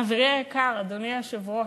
חברי היקר, אדוני היושב-ראש,